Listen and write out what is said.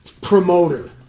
promoter